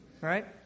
Right